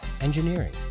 engineering